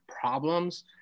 problems